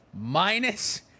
minus